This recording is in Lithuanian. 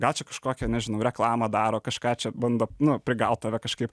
gal čia kažkokią nežinau reklamą daro kažką čia bando nu prigaut tave kažkaip